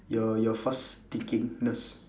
your your fast thinkingness